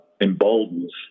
emboldens